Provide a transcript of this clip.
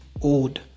old